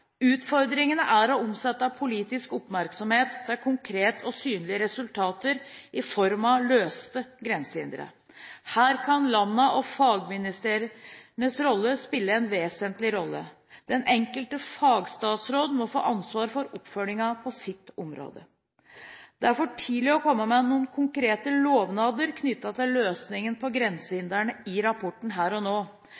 er å omsette politisk oppmerksomhet til konkrete og synlige resultater i form av løste grensehindre. Her kan landene og fagministerrådene spille en vesentlig rolle. Den enkelte fagstatsråd må få ansvar for oppfølgingen på sitt område. Det er for tidlig her og nå å komme med noen konkrete lovnader knyttet til løsninger på